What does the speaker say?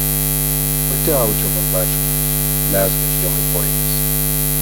pati audžia man marškinius mezga žiemai kojines